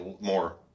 more